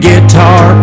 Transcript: guitar